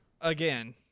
again